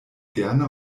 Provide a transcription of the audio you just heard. gerne